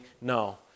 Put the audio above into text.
No